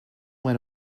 went